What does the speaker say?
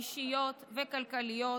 אישיות וכלכליות,